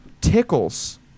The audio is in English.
tickles